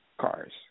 cars